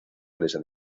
presa